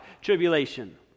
tribulation